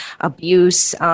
abuse